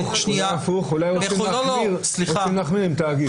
הפוך, רוצים להחמיר עם תאגיד.